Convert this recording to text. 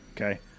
okay